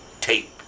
tape